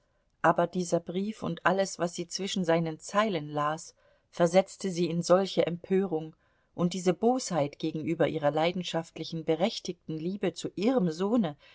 aber dieser brief und alles was sie zwischen seinen zeilen las versetzte sie in solche empörung und diese bosheit gegenüber ihrer leidenschaftlichen berechtigten liebe zu ihrem sohne